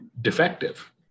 defective